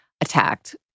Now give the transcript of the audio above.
attacked